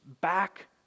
back